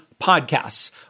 podcasts